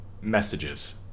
Messages